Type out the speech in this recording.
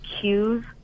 cues